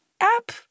app